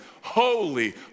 holy